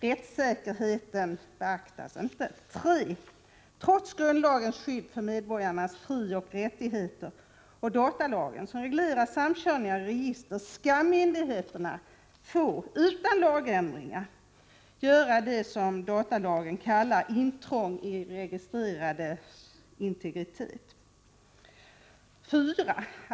Rättssäkerheten beaktas inte. 3. Trots grundlagens skydd för medborgarnas frioch rättigheter och datalagen, som reglerar samkörning av register, skall myndigheterna utan lagändringar få göra det som datalagen kallar intrång i registrerades integritet. 4.